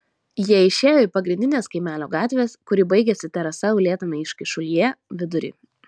jie išėjo į pagrindinės kaimelio gatvės kuri baigėsi terasa uolėtame iškyšulyje vidurį